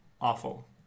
awful